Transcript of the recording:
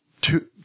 two